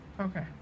okay